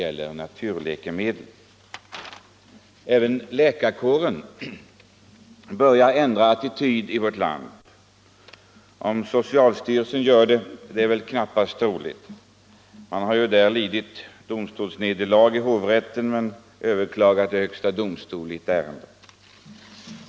Även läkarkåren i vårt land börjar ändra attityd. Att socialstyrelsen gör det är däremot knappast troligt. Socialstyrelsen har nu i ett ärende lidit nederlag i hovrätten men överklagat till högsta domstolen enligt uppgift.